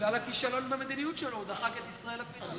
בגלל הכישלון במדיניות שלו הוא דחק את ישראל לפינה.